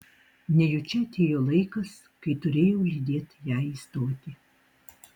nejučia atėjo laikas kai turėjau lydėt ją į stotį